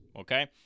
okay